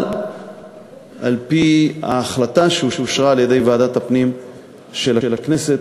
אבל על-פי ההחלטה שאושרה על-ידי ועדת הפנים של הכנסת,